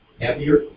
heavier